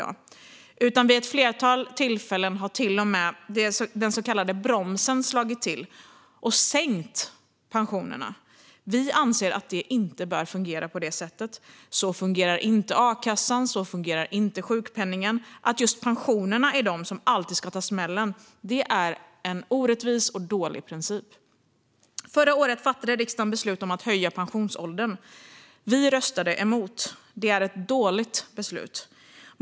Vid ett flertal tillfällen har till och med den så kallade bromsen slagit till och sänkt pensionerna. Vi anser att det hela inte bör fungera på detta sätt. Så fungerar inte a-kassan eller sjukpenningen. Att just pensionerna alltid ska ta smällen är en orättvis och dålig princip. Förra året fattade riksdagen beslut om att höja pensionsåldern. Vi röstade emot detta. Det är ett dåligt beslut.